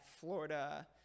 Florida –